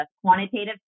quantitative